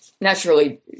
Naturally